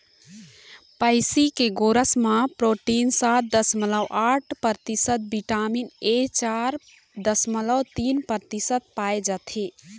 भइसी के गोरस म प्रोटीन सात दसमलव आठ परतिसत, बिटामिन ए चार दसमलव तीन परतिसत पाए जाथे